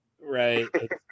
right